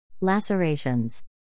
Lacerations